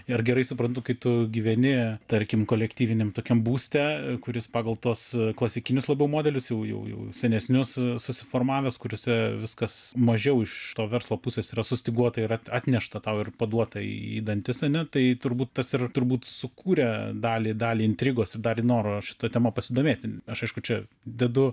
ir gerai suprantu kai tu gyveni tarkim kolektyviniam tokiam būste kuris pagal tuos klasikinius labiau modelius jau jau jau senesnius susiformavęs kuriose viskas mažiau iš to verslo pusės yra sustyguota ir atnešta tau ir paduota į dantis ane tai turbūt tas ir turbūt sukūrė dalį dalį intrigos ir dar noro šita tema pasidomėti aš aišku čia dedu